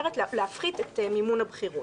זאת אומרת, להפחית את מימון הבחירות.